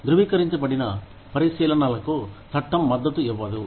ధృవీకరించబడిన పరిశీలనలకు చట్టం మద్దతు ఇవ్వదు